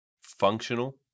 functional